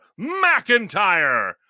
McIntyre